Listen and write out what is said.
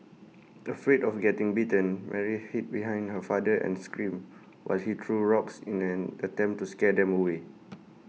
afraid of getting bitten Mary hid behind her father and screamed while he threw rocks in an attempt to scare them away